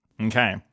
Okay